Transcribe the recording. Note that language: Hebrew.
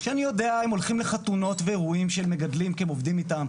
שאני יודע שהם הולכים לחתונות ואירועים של מגדלים כי הם עובדים איתם,